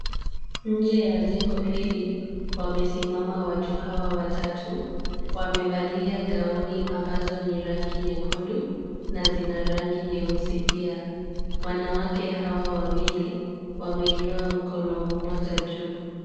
Nje ya jengo hili, wamesimama watu hawa watatu. Wamevaliagauni ambazo ni rangi nyekundu na zina rangi nyeusi pia. Wanawake hawa wawili wameinua mkono mmoja juu.